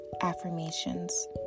affirmations